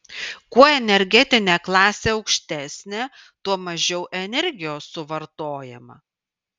kuo energetinė klasė aukštesnė tuo mažiau energijos suvartojama